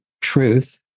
truth